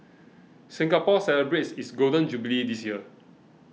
Singapore celebrates its Golden Jubilee this year